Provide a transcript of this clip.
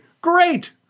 Great